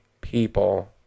people